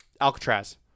Alcatraz